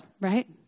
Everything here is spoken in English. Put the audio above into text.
right